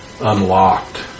unlocked